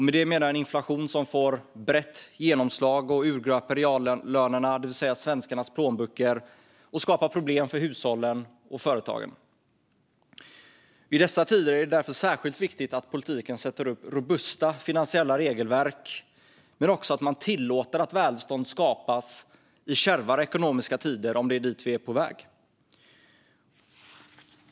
Med det menar jag en inflation som får brett genomslag, urgröper reallönerna, det vill säga svenskarnas plånböcker, och skapar problem för hushållen och företagen. I dessa tider är det därför särskilt viktigt att politiken sätter upp robusta finansiella regelverk men också att man tillåter att välstånd skapas i kärvare ekonomiska tider - om det är dit vi är på väg.